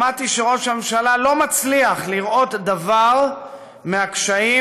שמעתי שראש הממשלה לא מצליח לראות דבר מהקשיים,